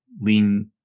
lean